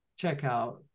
checkout